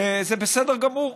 וזה בסדר גמור.